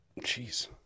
Jeez